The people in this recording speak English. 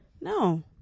No